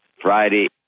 Friday